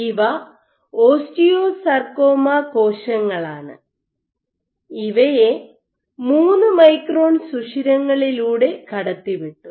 ഇവ ഓസ്റ്റിയോസാർകോമ കോശങ്ങളാണ് ഇവയെ 3 മൈക്രോൺ സുഷിരങ്ങളിലൂടെ കടത്തിവിട്ടു